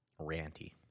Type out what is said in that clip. ranty